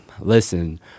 listen